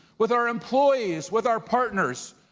with our employees, with our partners.